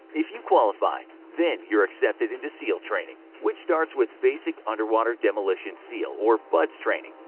if you qualify then you're accepted into seal training, which starts with basic underwater demolition seal, or buds, training,